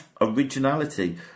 Originality